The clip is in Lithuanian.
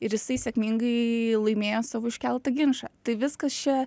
ir jisai sėkmingai laimėjo savo iškeltą ginčą tai viskas čia